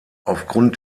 aufgrund